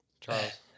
Charles